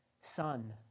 son